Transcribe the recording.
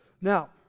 Now